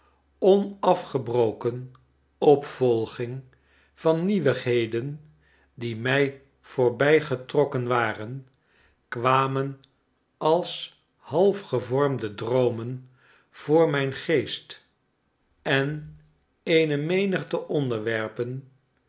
onafgebroken opvolging van nieuwigheden die mij voorbijgetrokken waren kwamen als halfgevormde droomen voor mijn geest en eene menigte onderwerpen